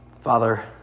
Father